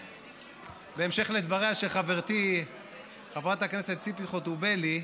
בהמשך לדבריה של חברתי חברת הכנסת ציפי חוטובלי,